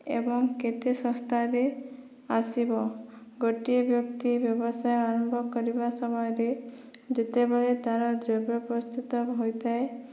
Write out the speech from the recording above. ଏବଂ କେତେ ଶସ୍ତାରେ ଆସିବ ଗୋଟିଏ ବ୍ୟକ୍ତି ବ୍ୟବସାୟ ଆରମ୍ଭ କରିବା ସମୟରେ ଯେତେବେଳେ ତାର ଯୋଗ ପ୍ରସ୍ତୁତ ହୋଇଥାଏ